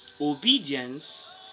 obedience